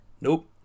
Nope